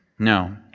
No